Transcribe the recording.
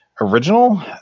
original